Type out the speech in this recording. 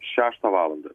šeštą valandą